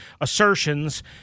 assertions